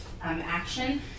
action